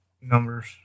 numbers